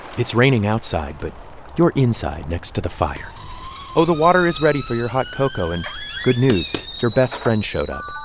it's raining outside, but you're inside next to the fire oh, the water is ready for your hot cocoa. and good news your best friend showed up.